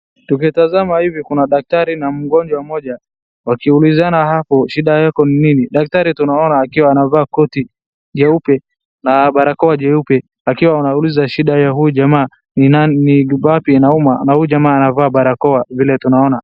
Tukitazama hivi kuna daktari na mgonjwa mmoja wakiulizana hapo shida yako ni nini? Daktari tunaona akiwa anavaa koti jeupe na barakoa jeupe akiwa anauliza shida ya huyu jamaa ni wapi anaumwa na huyu jamaa anavaa barakoa vile tunaona.